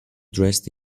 dressed